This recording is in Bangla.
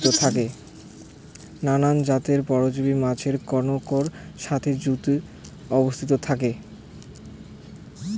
নানান জাতের পরজীব মাছের কানকোর সাথি যুত অবস্থাত থাকি